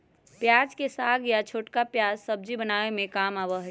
प्याज के साग या छोटका प्याज सब्जी बनावे के काम आवा हई